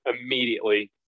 immediately